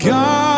God